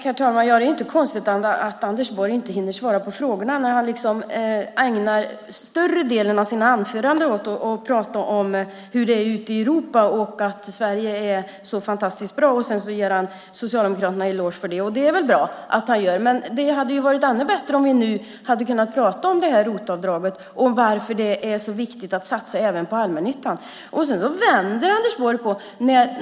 Herr talman! Det är inte konstigt att Anders Borg inte hinner svara på frågorna när han ägnar större delen av sina anföranden åt att prata om hur det är ute i Europa och hur fantastiskt bra Sverige är. Han ger också Socialdemokraterna en eloge för det, och det är väl bra, men det hade varit ännu bättre om vi nu hade kunnat prata om ROT-avdraget och varför det är så viktigt att satsa även på allmännyttan. Sedan vänder Anders Borg på frågan.